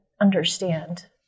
understand